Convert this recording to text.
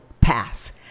pass